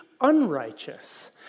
unrighteous